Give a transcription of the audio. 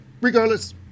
Regardless